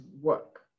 work